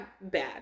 bad